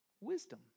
wisdom